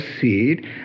seed